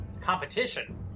Competition